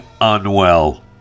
unwell